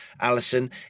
Alison